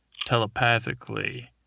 Telepathically